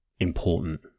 important